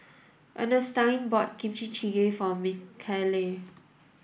Ernestine bought Kimchi jjigae for Michaele